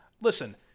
Listen